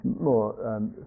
more